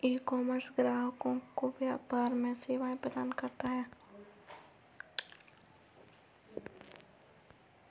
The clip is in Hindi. ईकॉमर्स ग्राहकों को व्यापार में सेवाएं प्रदान करता है